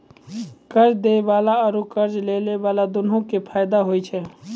कर्जा दै बाला आरू कर्जा लै बाला दुनू के फायदा होय छै